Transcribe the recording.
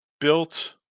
built